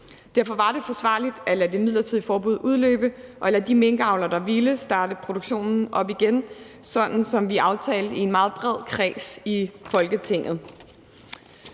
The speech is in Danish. Derfor var det forsvarligt at lade det midlertidige forbud udløbe og lade de minkavlere, der ville, starte produktionen op igen, sådan som vi aftalte i en meget bred kreds i Folketinget.